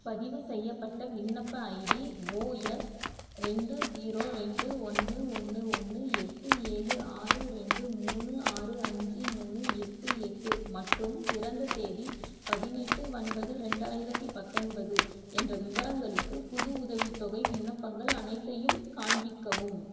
பதிவுசெய்யப்பட்ட விண்ணப்ப ID OS ரெண்டு ஸீரோ ரெண்டு ஒன்று ஒன்று ஒன்று எட்டு ஏழு ஆறு ரெண்டு மூணு ஆறு அஞ்சு மூணு எட்டு எட்டு மற்றும் பிறந்த தேதி பதினெட்டு ஒன்பது ரெண்டாயிரத்தி பத்தொன்பது என்ற விவரங்களுக்கு புது உதவித்தொகை விண்ணப்பங்கள் அனைத்தையும் காண்பிக்கவும்